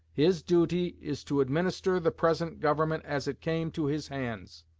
his duty is to administer the present government as it came to his hands,